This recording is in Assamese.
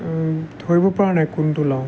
ধৰিব পৰা নাই কোনটো লওঁ